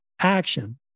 action